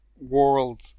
world